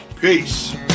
Peace